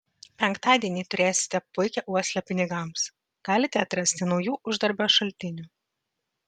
penktadienį turėsite puikią uoslę pinigams galite atrasti naujų uždarbio šaltinių